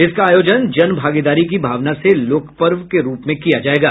इसका आयोजन जनभागीदारी की भावना से लोकपर्व के रूप में किया जाएगा